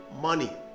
money